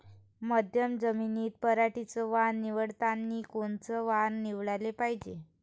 मध्यम जमीनीत पराटीचं वान निवडतानी कोनचं वान निवडाले पायजे?